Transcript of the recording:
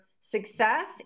success